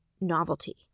novelty